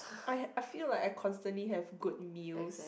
I I feel like I constantly have good meals